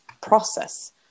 process